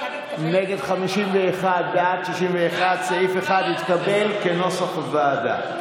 נגד, 51, בעד, 61. סעיף 1 התקבל כנוסח הוועדה.